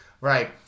Right